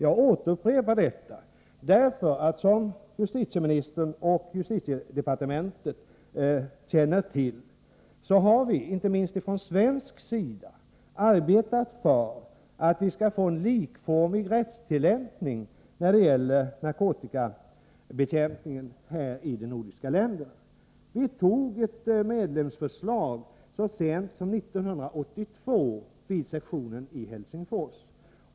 Jag upprepar: Som justitieministern och justitiedepartementet känner till har vi, inte minst från svensk sida, arbetat för att få en likformig rättstillämpning i de nordiska länderna när det gäller narkotikabekämpning. Vi antog ett medlemsförslag så sent som 1982, vid sessionen i Helsingfors.